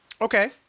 Okay